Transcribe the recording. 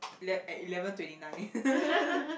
ele~ at eleven twenty nine